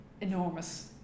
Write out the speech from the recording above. enormous